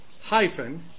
hyphen